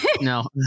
No